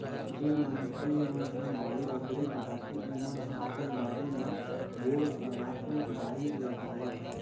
जेन मनखे मन ह बाड़ी बखरी लगाथे ओमन ह अपन बारी म बोर करवाके बारी लगावत